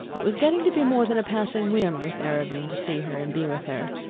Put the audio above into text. it was getting to be more than a passing whim with arobin to see her and be with her.